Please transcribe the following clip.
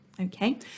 okay